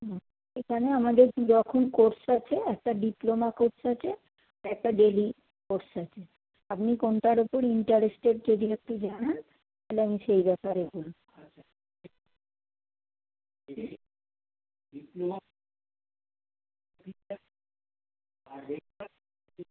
হুম এখানে আমাদের দু রকম কোর্স আছে একটা ডিপ্লোমা কোর্স আছে আর একটা ডেইলি কোর্স আছে আপনি কোনটার ওপর ইন্টারেস্টেড যদি একটু জানান তাহলে আমি সেই ব্যাপারে বলি